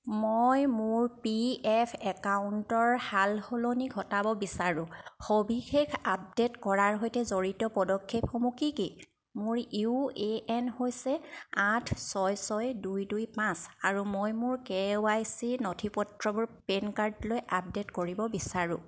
মই মোৰ P F একাউণ্টৰ সালসলনি ঘটাব বিচাৰোঁ সবিশেষ আপডেট কৰাৰ সৈতে জড়িত পদক্ষেপসমূহ কি কি মোৰ ইউ এ এন হৈছে আঠ ছয় ছয় দুই দুই পাঁচ আৰু মই মোৰ কে ৱাই চি নথিপত্ৰবোৰ পেন কাৰ্ডলৈ আপডেট কৰিব বিচাৰোঁ